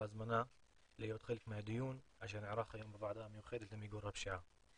על ההזמנה להיות חלק מהדיון שנערך היום בוועדה המיוחדת למיגור הפשיעה.